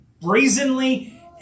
brazenly